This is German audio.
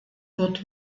wird